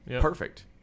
Perfect